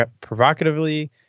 provocatively